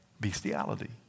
Bestiality